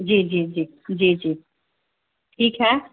جی جی جی جی جی ٹھیک ہے